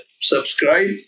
subscribe